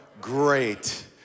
Great